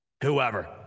whoever